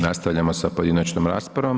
Nastavljamo sa pojedinačnom raspravom.